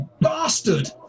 Bastard